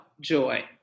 Joy